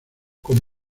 con